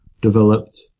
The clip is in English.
developed